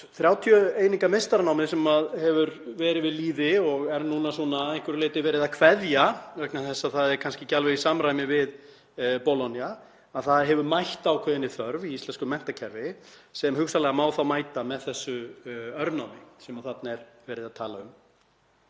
meistaranámið sem hefur verið við lýði og er núna verið að einhverju leyti að kveðja vegna þess að það er kannski ekki alveg í samræmi við Bologna, hefur mætt ákveðinni þörf í íslensku menntakerfi sem hugsanlega má þá mæta með þessu örnámi sem þarna er verið að tala um.